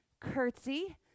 curtsy